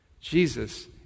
jesus